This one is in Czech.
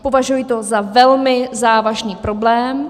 Považuji to za velmi závažný problém.